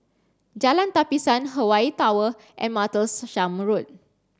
Jalan Tapisan Hawaii Tower and Martlesham Road